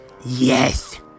Yes